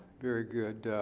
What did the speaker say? very good.